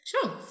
Sure